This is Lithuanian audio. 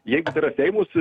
jeigu tai yra seimo